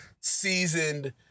seasoned